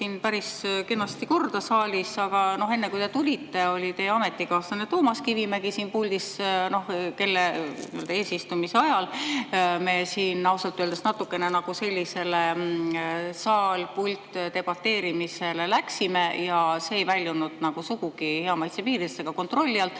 siin päris kenasti korda saalis. Aga enne, kui te tulite, oli teie ametikaaslane Toomas Kivimägi siin puldis ja tema eesistumise ajal me läksime siin ausalt öeldes natukene sellisele saal-pult debateerimisele. See ei väljunud sugugi hea maitse piiridest ega ka kontrolli alt.